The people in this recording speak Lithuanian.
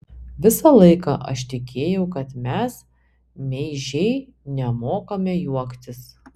visą laiką aš tikėjau kad mes meižiai nemokame juoktis